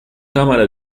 cámara